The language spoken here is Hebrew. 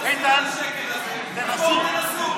איתן, תנסו.